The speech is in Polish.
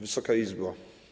Wysoka Izbo!